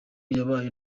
yabaye